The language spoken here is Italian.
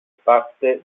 parte